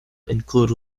include